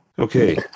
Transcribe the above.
Okay